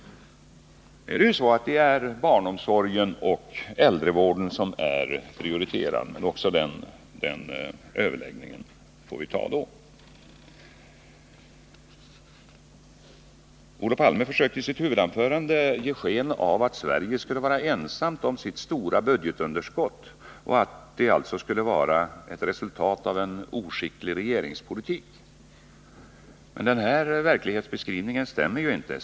Barnomsorgen och äldrevården prioriteras. Men också den diskussionen får vi ta en annan gång. I sitt huvudanförande försökte Olof Palme ge sken av att Sverige skulle vara ensamt om sitt stora budgetunderskott och att det alltså skulle vara ett resultat av en oskicklig regeringspolitik. Denna verklighetsbeskrivning stämmer inte.